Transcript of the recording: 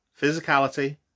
Physicality